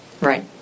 Right